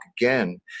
again